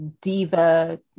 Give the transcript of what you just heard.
diva